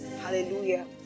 Hallelujah